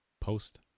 Post